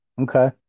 Okay